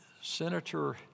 Senator